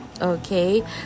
Okay